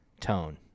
tone